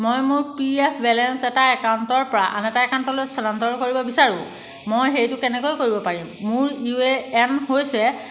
মই মোৰ PF balance এটা একাউণ্টৰ পৰা আন এটা একাউণ্টলৈ স্থানান্তৰ কৰিব বিচাৰোঁ মই সেইটো কেনেকৈ কৰিব পাৰিম মোৰ ইউ এ এন হৈছে